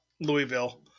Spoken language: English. Louisville